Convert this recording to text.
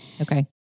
Okay